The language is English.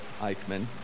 Eichmann